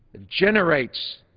generates